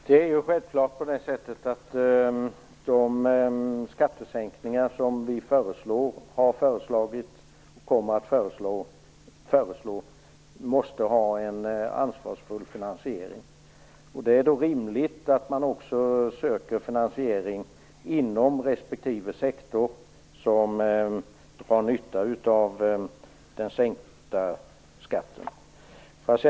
Fru talman! De skattesänkningar som vi föreslår, har föreslagit och kommer att föreslå måste självfallet ha en ansvarsfull finansiering. Då är det rimligt att man också söker finansiering inom respektive sektor som drar nytta av den sänkta skatten.